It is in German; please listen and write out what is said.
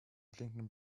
blinkenden